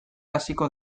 hasiko